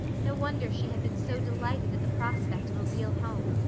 no wonder she had been so delighted at the prospect of a real home.